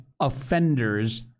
offenders